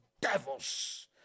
devils